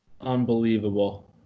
Unbelievable